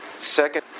Second